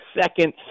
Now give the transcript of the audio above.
second